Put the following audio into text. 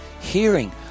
hearing